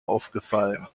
aufgefallen